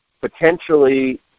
Potentially